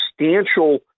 substantial